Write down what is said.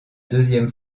deuxième